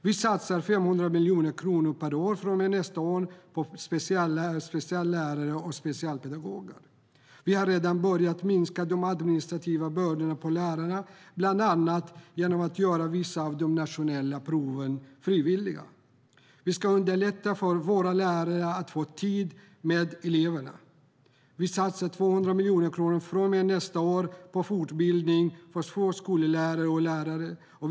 Vi satsar 500 miljoner per år på speciallärare och specialpedagoger från och med nästa år. Vi har redan börjat minska de administrativa bördorna för lärarna, bland annat genom att göra vissa av de nationella proven frivilliga. Vi ska underlätta för våra lärare att få tid med eleverna. Vi satsar 200 miljoner kronor på fortbildning för förskollärare och lärare från och med nästa år.